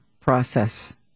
process